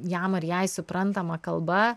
jam ar jai suprantama kalba